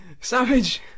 Savage